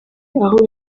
aho